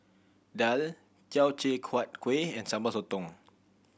daal Teochew Huat Kuih and Sambal Sotong